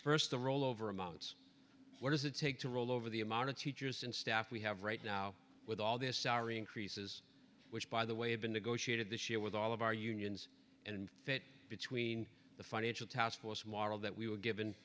first the rollover amounts what does it take to roll over the amount of teachers and staff we have right now with all this our increases which by the way have been negotiated this year with all of our unions and fit between the financial taskforce model that we were given